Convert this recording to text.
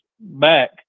back